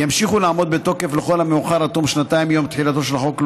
ימשיכו לעמוד בתוקף לכל המאוחר עד תום שנתיים מיום תחילתו של החוק,